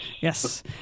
Yes